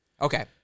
Okay